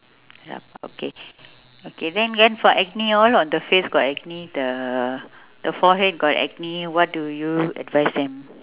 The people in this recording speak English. yup okay okay then then for acne all on the face got acne the the forehead got acne what do you advise them